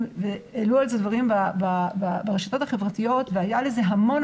והעלו על זה דברים ברשתות החברתיות והייתה לזה המון